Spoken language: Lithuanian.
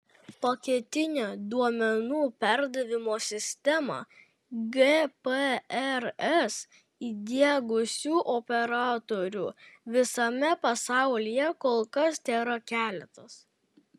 paketinio duomenų perdavimo sistemą gprs įdiegusių operatorių visame pasaulyje kol kas tėra keletas